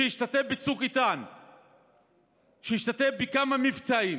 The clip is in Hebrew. שהשתתף בצוק איתן ובכמה מבצעים,